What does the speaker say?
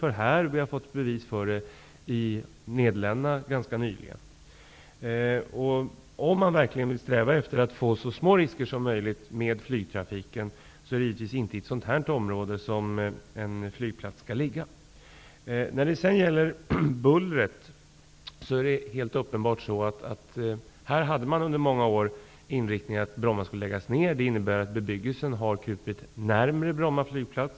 Det har vi fått bevis för här, och vi har ganska nyligen fått bevis för det i Om man verkligen vill sträva efter att göra riskerna med flygtrafiken så små som möjligt, skall en flygplats givetvis inte ligga i ett sådant här område. När det gäller bullret är det helt uppenbart att inriktningen under många år var att Bromma skulle läggas ner. Det har medfört att bebyggelsen har krupit närmare Bromma flygplats.